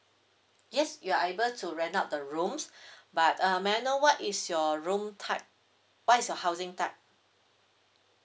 yes you are able to rent out the rooms but uh may I know what is your room type what is your housing type